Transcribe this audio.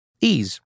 Ease